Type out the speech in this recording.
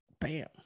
Bam